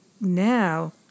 now